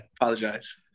Apologize